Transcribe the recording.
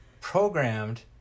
programmed